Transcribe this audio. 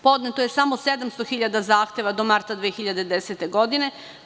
Podneto je samo 700.000 zahteva do marta 2010. godine.